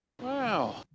Wow